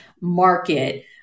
market